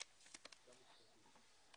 יש מישהו שרוצה לדבר לפני שאני מסכם?